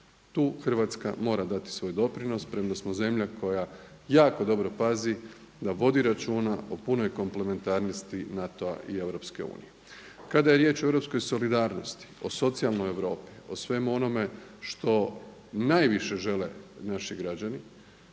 Tu Hrvatska mora dati svoj doprinos premda smo zemlja koja jako dobro pazi da vodi računa o punoj komplementarnosti NATO-a i EU. Kada je riječ o europskoj solidarnosti, o socijalnoj Europi, o svemu onome što najviše žele naši građani,